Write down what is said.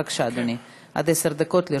בבקשה, אדוני, עד עשר דקות לרשותך.